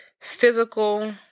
Physical